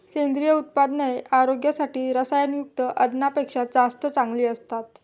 सेंद्रिय उत्पादने आरोग्यासाठी रसायनयुक्त अन्नापेक्षा जास्त चांगली असतात